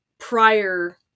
prior